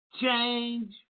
change